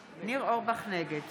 אורבך, נגד